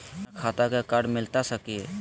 बिना खाता के कार्ड मिलता सकी?